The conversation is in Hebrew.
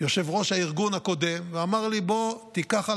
יושב-ראש הארגון הקודם ואמר לי: בוא תיקח על